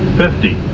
fifty.